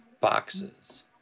boxes